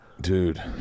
Dude